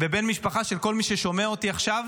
ובן משפחה של כל מי ששומע אותי עכשיו,